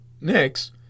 Next